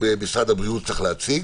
משרד הבריאות צריך להציג.